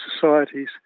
societies